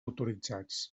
autoritzats